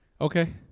okay